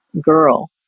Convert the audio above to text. girl